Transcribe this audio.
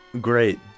great